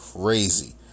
crazy